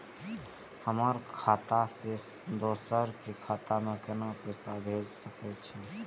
हमर खाता से दोसर के खाता में केना पैसा भेज सके छे?